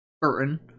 Burton